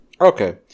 Okay